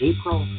April